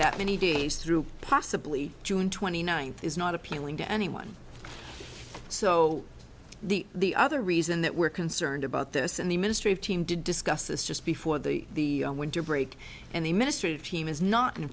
that many days through possibly june twenty ninth is not appealing to anyone so the the other reason that we're concerned about this in the ministry of team to discuss this just before the winter break and the ministry team is not in